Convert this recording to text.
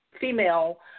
female